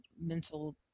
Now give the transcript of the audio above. mental